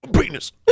penis